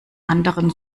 anderen